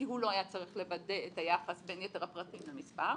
כי הוא לא היה צריך לוודא את היחס בין יתר הפרטים למספר.